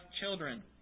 children